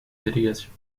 délégation